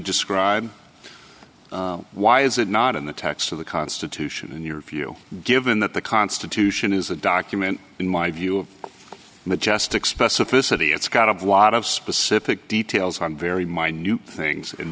describe why is it not in the text of the constitution in your view given that the constitution is a document in my view of majestic specificity it's got of wot of specific details i'm very minute things in